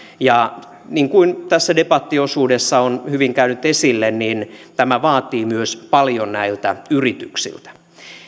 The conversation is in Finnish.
ja niin kuin tässä debattiosuudessa on hyvin käynyt esille tämä vaatii myös paljon näiltä yrityksiltä